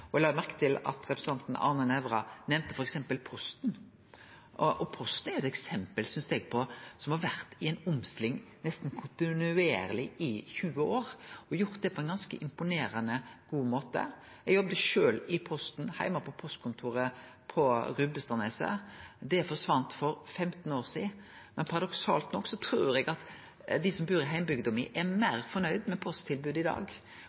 Eg la merke til at representanten Arne Nævra nemnde Posten. Posten er eit eksempel på eit selskap som har vore i omstilling nesten kontinuerleg i 20 år og har gjort det på ein ganske imponerande god måte. Eg jobba sjølv i Posten heime på postkontoret på Rubbestadneset. Det forsvann for 15 år sidan, men paradoksalt nok trur eg at dei som bur i heimbygda mi, er meir fornøgde med posttilbodet i dag,